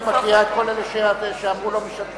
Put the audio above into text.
מקריאה את כל אלה שאמרו "לא משתתפים"?